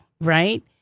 Right